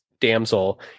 damsel